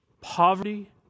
poverty